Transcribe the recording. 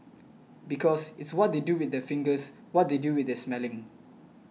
because it's what they do with their fingers what they do with their smelling